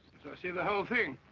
i see the whole thing.